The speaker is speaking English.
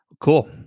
Cool